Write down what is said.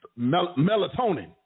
Melatonin